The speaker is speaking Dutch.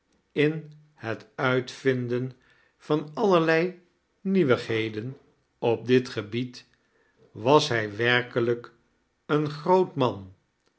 in het uitvinden van allerlei nieuwigheden op dit gebied was hij werkelijk een groot man